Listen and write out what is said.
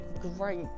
great